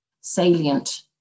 salient